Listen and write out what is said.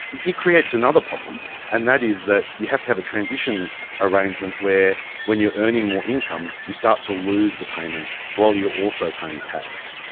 it creates another problem, and that is that you have to have a transition arrangement where when you are earning more income you start to lose the payment while you are also paying tax.